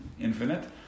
infinite